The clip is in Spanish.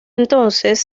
entonces